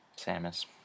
Samus